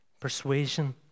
persuasion